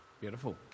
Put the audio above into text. Beautiful